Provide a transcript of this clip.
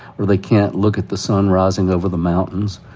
or they can't look at the sun rising over the mountains,